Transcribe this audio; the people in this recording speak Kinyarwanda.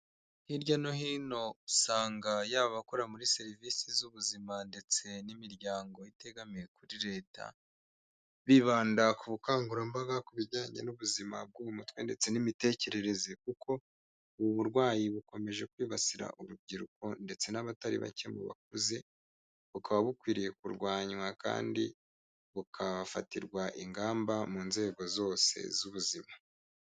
Hirya no hino usanga yaba abakora muri serivisi z'ubuzima ndetse n'imiryango itegamiye kuri Leta bibanda ku bukangurambaga ku bijyanye n'ubuzima bw'uwo mutwe ndetse n'imitekerereze kuko ubu burwayi bukomeje kwibasira urubyiruko ndetse n'abatari bake mu bakuze, bukaba bukwiriye kurwanywa kandi bukafatirwa ingamba mu nzego zose z'ubuzima.